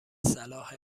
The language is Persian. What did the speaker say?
صلاح